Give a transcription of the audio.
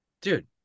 Dude